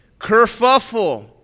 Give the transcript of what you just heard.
kerfuffle